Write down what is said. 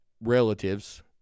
relatives